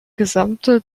gesamte